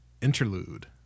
Interlude